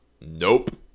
nope